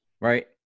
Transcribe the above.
Right